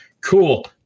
Cool